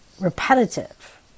repetitive